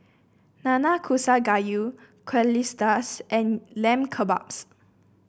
Nanakusa Gayu Quesadillas and Lamb Kebabs